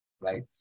right